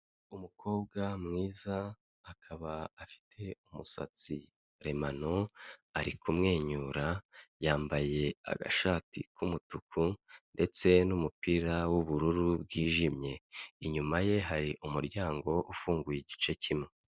Umukobwa mwiza akaba afite umusatsi karemano, ari kumwenyura yambaye agashati k'umutuku ndetse n'umupira w'ubururu bwijimye, inyuma ye hari umuryango ufunguye igice kimwe.